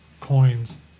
coins